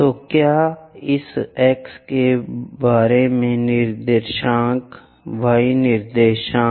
तो क्या इस X के बारे में निर्देशांक y निर्देशांक